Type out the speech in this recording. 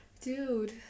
Dude